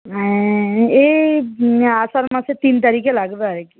হ্যাঁ এই আষাঢ় মাসের তিন তারিখে লাগবে আর কি